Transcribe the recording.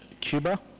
Cuba